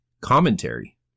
commentary